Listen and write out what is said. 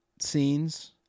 scenes